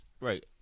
Right